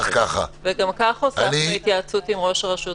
וגם כך הוספנו התייעצות עם ראש הרשות,